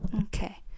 Okay